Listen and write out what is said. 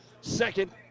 second